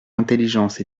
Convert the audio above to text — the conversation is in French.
intelligence